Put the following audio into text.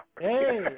Hey